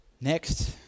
Next